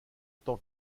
tant